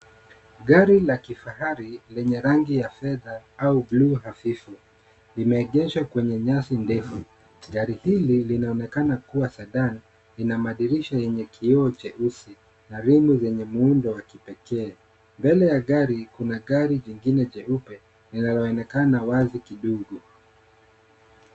Gari la kifahari lenye rangi ya fedha au buluu hafifu, limeegeshwa kwenye nyasi ndefu, gari hili linaonekana kuwa Sedaan lina madirisha yenye kioo cheusi na rimu zenye muundo wa kipekee, mbele ya gari kuna gari jingine jeupe linaloonekana wazi kidogo.